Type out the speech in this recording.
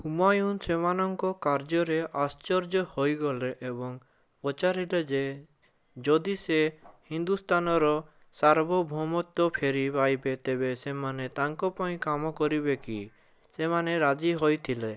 ହୁମାୟୁନ୍ ସେମାନଙ୍କ କାର୍ଯ୍ୟରେ ଆଶ୍ଚର୍ଯ୍ୟ ହୋଇଗଲେ ଏବଂ ପଚାରିଲେ ଯେ ଯଦି ସେ ହିନ୍ଦୁସ୍ତାନର ସାର୍ବଭୌମତ୍ୱ ଫେରି ପାଇବେ ତେବେ ସେମାନେ ତାଙ୍କ ପାଇଁ କାମ କରିବେ କି ସେମାନେ ରାଜି ହୋଇଥିଲେ